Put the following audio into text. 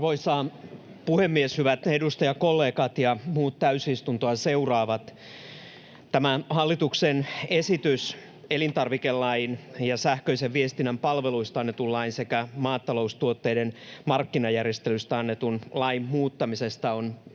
Arvoisa puhemies! Hyvät edustajakollegat ja muut täysistuntoa seuraavat! Tämä hallituksen esitys elintarvikelain ja sähköisen viestinnän palveluista annetun lain sekä maataloustuotteiden markkinajärjestelystä annetun lain muuttamisesta on erittäin